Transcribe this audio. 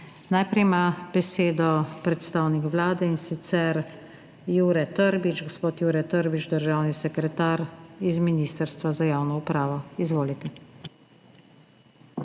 Najprej ima besedo predstavnik Vlade, in sicer Jure Trbič, gospod Jure Trbič, državni sekretar iz Ministrstva za javno upravo. Izvolite.